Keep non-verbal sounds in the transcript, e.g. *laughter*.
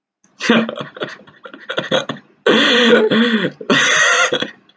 *laughs*